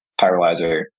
pyrolyzer